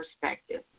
perspective